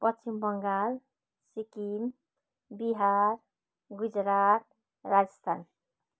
Paschim Bengal Sikkim Bihar Gujarat Rajasthan